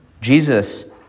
Jesus